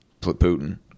Putin